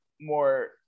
more